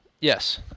yes